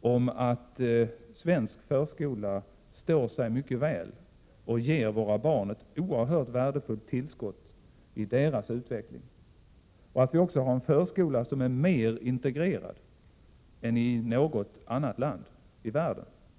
om att svensk förskola står sig mycket väl och ger våra barn ett oerhört värdefullt tillskott i deras utveckling, liksom att vi har en förskola som är mer integrerad än i något annat land i världen.